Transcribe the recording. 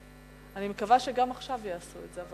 אני מקווה שגם עכשיו יעשו את זה.